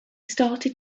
started